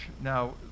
Now